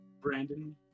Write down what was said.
Brandon